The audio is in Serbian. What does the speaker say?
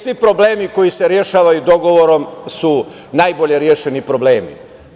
Svi problemi koji se rešavaju dogovorom su najbolje rešeni problemi.